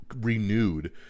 renewed